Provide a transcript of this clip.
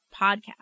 podcast